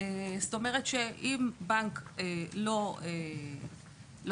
זאת אומרת שאם בנק לא דיווח,